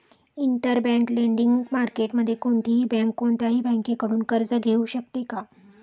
Interbank lending मार्केटमध्ये कोणतीही bank कोणत्याही बँकेकडून कर्ज घेऊ शकते का?